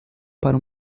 para